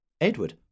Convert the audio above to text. Edward